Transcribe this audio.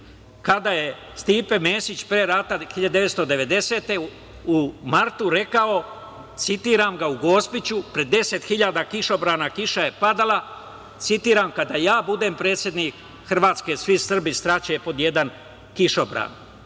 kada je Stipe Mesić pre rata, 1990. godine, u martu rekao, u Gospiću, pred 10 hiljada kišobrana, kiša je padala, citiram: "Kada ja budem predsednik Hrvatske, svi Srbi staće pod jedan kišobran".